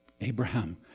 Abraham